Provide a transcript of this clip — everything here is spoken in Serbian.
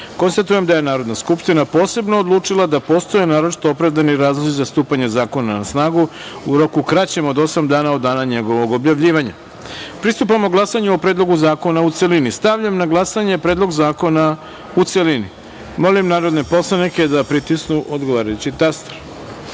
troje. Konstatujem da je Narodna skupština posebno odlučila da postoje naročito opravdani razlozi za stupanje zakona na snagu u roku kraćem od osam dana od dana njegovog objavljivanja. Pristupamo glasanju o Predlogu zakona u celini. Stavljam na glasanje Predlog zakona u celini. Molim poslanike da pritisnu odgovarajući